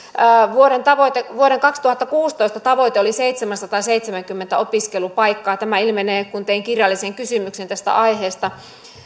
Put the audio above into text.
vuoden kaksituhattakuusitoista tavoite oli seitsemänsataaseitsemänkymmentä opiskelupaikkaa tämä ilmeni kun tein kirjallisen kysymyksen tästä aiheesta